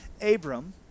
Abram